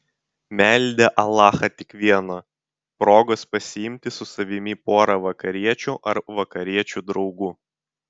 meldė alachą tik vieno progos pasiimti su savimi porą vakariečių ar vakariečių draugų